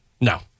No